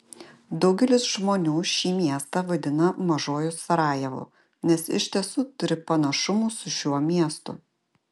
daugelis žmonių šį miestą vadina mažuoju sarajevu nes iš tiesų turi panašumų su šiuo miestu